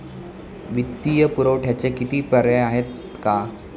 वित्तीय पुरवठ्याचे किती पर्याय आहेत का?